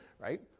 right